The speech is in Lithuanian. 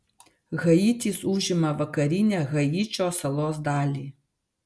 haitis užima vakarinę haičio salos dalį